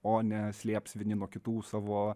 o ne slėps vieni nuo kitų savo